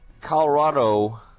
Colorado